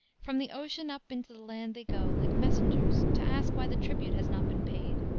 from the ocean up into the land they go, like messengers, to ask why the tribute has not been paid.